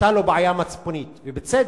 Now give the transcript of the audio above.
היתה לו בעיה מצפונית, ובצדק.